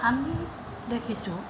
আমি দেখিছোঁ